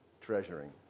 treasuring